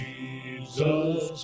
Jesus